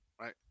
right